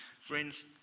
Friends